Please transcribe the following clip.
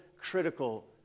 critical